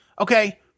okay